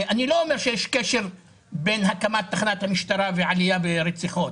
אני לא אומר שיש קשר בין הקמת תחנת המשטרה והעלייה ברציחות.